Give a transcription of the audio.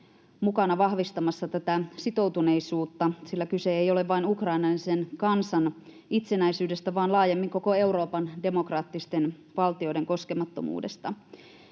mukana vahvistamassa tätä sitoutuneisuutta, sillä kyse ei ole vain Ukrainan ja sen kansan itsenäisyydestä vaan laajemmin koko Euroopan demokraattisten valtioiden koskemattomuudesta.